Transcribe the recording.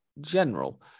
general